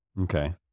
Okay